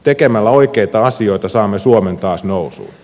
tekemällä oikeita asioita saamme suomen taas nousuun